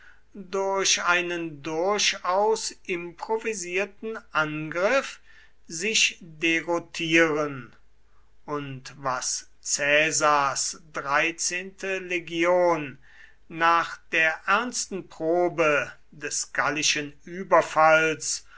durch einen durchaus improvisierten angriff sich deroutieren und was caesars dreizehnte legion nach der ernsten probe des gallischen überfalls